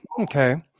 Okay